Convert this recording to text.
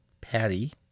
patty